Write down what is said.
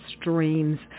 streams